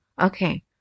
Okay